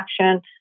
action